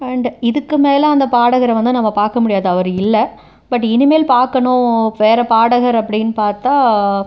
and இதுக்கு மேலே அந்த பாடகரை வந்து நம்ம பார்க்க முடியாது அவர் இல்லை பட் இனிமேல் பார்க்கணு வேறு பாடகர் அப்படினு பார்த்தா